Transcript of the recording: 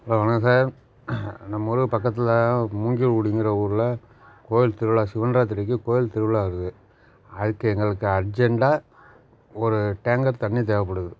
hello வணக்கம் sir நம்ம ஊர் பக்கத்தில் மூங்கில்குடிங்கிற ஊர்ல கோவில் திருவிழா சிவன் ராத்திரிக்கு கோவில் திருவிழா வருது அதுக்கு எங்களுக்கு அர்ஜென்டாக ஒரு டேங்கர் தண்ணீர் தேவைப்படுது